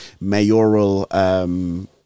mayoral